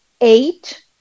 eight